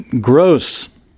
gross